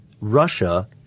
russia